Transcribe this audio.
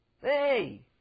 Hey